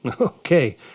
Okay